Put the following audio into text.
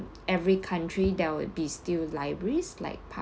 every country that would be still libraries like